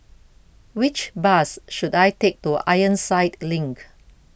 which bus should I take to Ironside Link